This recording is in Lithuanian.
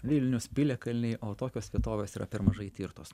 vilnius piliakalniai o tokios vietovės yra per mažai tirtos